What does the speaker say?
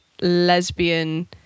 lesbian